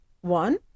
One